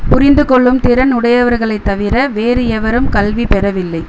புரிந்து கொள்ளும் திறன் உடையவர்களைத் தவிர வேறு எவரும் கல்வி பெறவில்லை